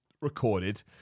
recorded